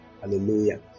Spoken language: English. hallelujah